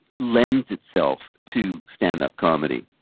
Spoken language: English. lends itself to stand-up comedy.